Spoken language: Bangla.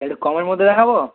এক্টু কমের মধ্যে দেখাবো